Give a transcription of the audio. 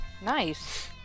Nice